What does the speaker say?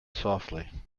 softly